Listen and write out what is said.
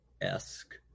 esque